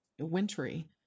wintry